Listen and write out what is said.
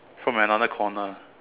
from another corner